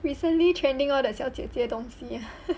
recently trending all 的小姐姐东西